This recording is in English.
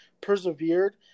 persevered